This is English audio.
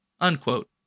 Unquote